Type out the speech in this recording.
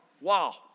Wow